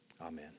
Amen